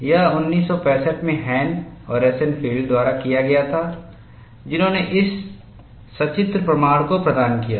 यह 1965 में हैन और रोसेनफील्ड द्वारा किया गया था जिन्होंने इस सचित्र प्रमाण को प्रदान किया था